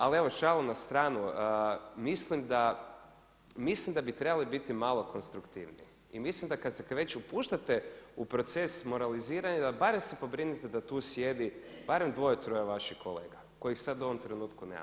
Ali evo šalu na stranu, mislim da bi trebali biti malo konstruktivniji i mislim da kad se već upuštate u proces moraliziranja da barem se pobrinete da tu sjedi barem dvoje troje vaših kolega kojih sad u ovom trenutku nema.